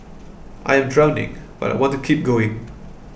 I am drowning but I want to keep going